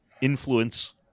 influence